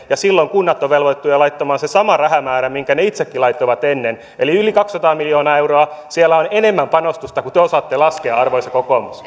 ja silloin kunnat ovat velvoitettuja laittamaan sen rahamäärän minkä ne itsekin laittoivat ennen eli yli kaksisataa miljoonaa euroa siellä on enemmän panostusta kuin te osaatte laskea arvoisa kokoomus